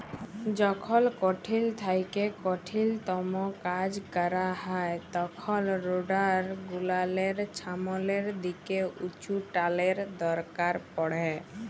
যখল কঠিল থ্যাইকে কঠিলতম কাজ ক্যরা হ্যয় তখল রোডার গুলালের ছামলের দিকে উঁচুটালের দরকার পড়হে